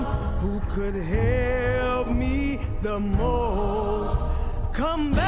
who could help me the most come